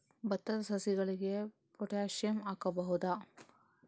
ಭತ್ತದ ಸಸಿಗಳಿಗೆ ಪೊಟ್ಯಾಸಿಯಂ ಹಾಕಬಹುದಾ?